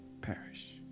Perish